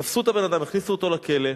תפסו את הבן-אדם, הכניסו אותו לכלא.